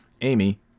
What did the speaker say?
Amy